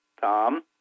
Tom